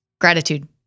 Gratitude